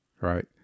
right